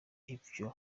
ivyo